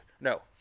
No